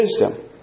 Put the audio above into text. wisdom